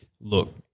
look